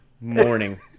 morning